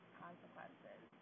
consequences